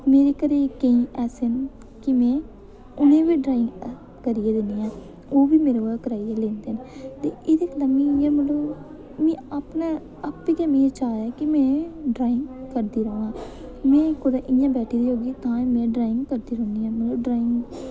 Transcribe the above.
लेकिन मेरे घरै दे केईं ऐसे न कि में उ'नें गी बी ड्राइंग करियै दिन्नी आं ओह् बी मेरे कोला कराइयै लेंदे न ते एह्दे कन्नै मी इ'यां मतलब मी अपने आपै गे मी चाऽ कि में ड्राइंग करदे र'वां में कुतै इ'यां बैठी दी होआ तां बी में ड्राइंग करदा रौह्न्नी आं मतलब ड्राइंग